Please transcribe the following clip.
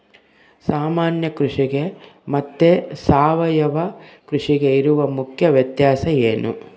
ಸಾಮಾನ್ಯ ಕೃಷಿಗೆ ಮತ್ತೆ ಸಾವಯವ ಕೃಷಿಗೆ ಇರುವ ಮುಖ್ಯ ವ್ಯತ್ಯಾಸ ಏನು?